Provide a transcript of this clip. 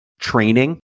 training